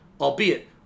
Albeit